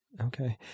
Okay